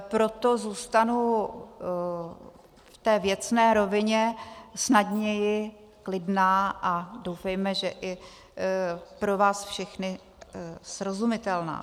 Proto zůstanu v té věcné rovině snadněji klidná a doufejme, že i pro vás všechny srozumitelná.